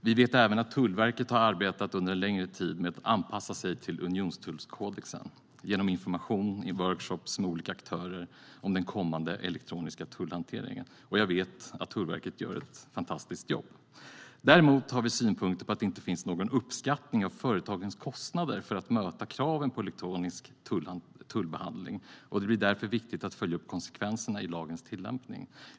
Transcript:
Vi vet även att Tullverket har arbetat under en längre tid med att anpassa sig till unionstullkodexen genom information och workshops med olika aktörer om den kommande elektroniska tullhanteringen. Jag vet att Tullverket gör ett fantastiskt jobb. Däremot har vi synpunkter på att det inte finns någon uppskattning av företagens kostnader för att möta kraven på elektronisk tullbehandling. Det blir därför viktigt att följa upp konsekvenserna av lagens tillämpning.